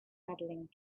medaling